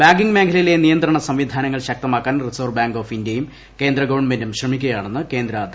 banking മേഖലയിലെ നിയന്ത്രണ സംവിധാനങ്ങൾ ശക്തമാക്കാൻ റിസർവ്വ് ബാങ്ക് ഓഫ് ഇന്ത്യയും കേന്ദ്ര ഗവൺമെന്റും ശ്രമിക്കുകയാണെന്ന് കേന്ദ്രധനമന്ത്രി അറിയിച്ചു